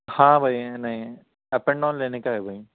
ہاں بھائی نہیں اپ اینڈ ڈاؤن لینے کا ہے بھائی